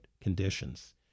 conditions